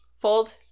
Fold